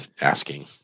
asking